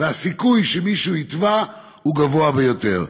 והסיכוי שמישהו יטבע הוא גבוה ביותר.